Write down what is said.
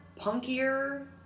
punkier